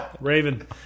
Raven